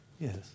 Yes